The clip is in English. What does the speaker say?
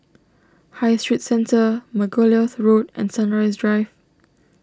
High Street Centre Margoliouth Road and Sunrise Drive